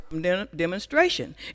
demonstration